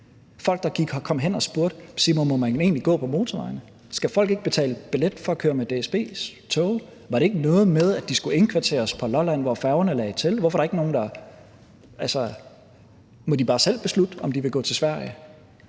gik her, kom hen og spurgte: Sig mig, må man egentlig gå på motorvejene? Skal folk ikke betale billet for at køre med DSB's tog? Var det ikke noget med, at de skulle indkvarteres på Lolland, hvor færgerne lagde til? Altså, må de bare selv beslutte, om de vil gå til Sverige?